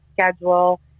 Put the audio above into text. schedule